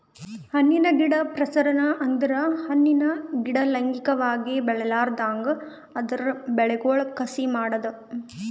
ಹಣ್ಣಿನ ಗಿಡ ಪ್ರಸರಣ ಅಂದುರ್ ಹಣ್ಣಿನ ಗಿಡ ಲೈಂಗಿಕವಾಗಿ ಬೆಳಿಲಾರ್ದಂಗ್ ಅದರ್ ಬೇರಗೊಳ್ ಕಸಿ ಮಾಡದ್